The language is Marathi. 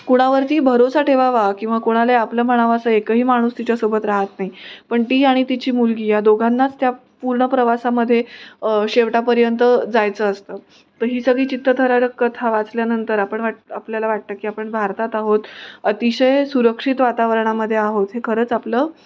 कुणावरती भरोसा ठेवावा किंवा कोणाला आपलं म्हणावंसं एकही माणूस तिच्यासोबत राहत नाही पण ती आणि तिची मुलगी या दोघांनाच त्या पूर्ण प्रवासामध्ये शेवटापर्यंत जायचं असतं तर ही सगळी चित्तथरारक कथा वाचल्यानंतर आपण वाट आपल्याला वाटतं की आपण भारतात आहोत अतिशय सुरक्षित वातावरणामध्ये आहोत हे खरंच आपलं